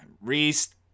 Reese